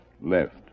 left